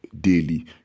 daily